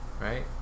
right